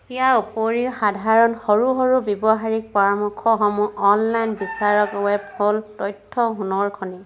ইয়াৰ উপৰিও সাধাৰণ সৰু সৰু ব্যৱসায়িক পৰামৰ্শসমূহ অনলাইন বিচাৰক ৱেব হ'ল তথ্যৰ সোণৰ খনি